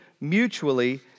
mutually